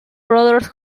brothers